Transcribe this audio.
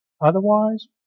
Otherwise